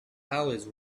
always